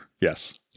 yes